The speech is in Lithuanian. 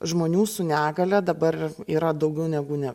žmonių su negalia dabar yra daugiau negu ne